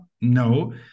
no